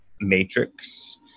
matrix